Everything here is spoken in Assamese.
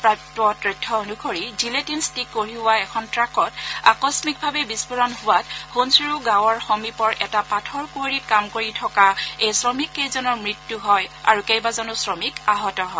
প্ৰাপ্ত তথ্য অনুসৰি জিলেটিন ষ্টিক কঢ়িওৱা এখন ট্ৰাকত আকস্মিকভাৱে বিস্ফোৰণ হোৱাত হুনাছড়ু গাঁৱৰ সমীপৰ এটা পাথৰ কুঁৱেৰীত কাম কৰি থকা এই শ্ৰমিককেইজনৰ মৃত্যু হয় আৰু কেইবাজনো শ্ৰমিক আহত হয়